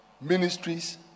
ministries